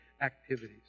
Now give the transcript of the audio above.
activities